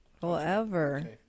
Forever